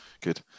good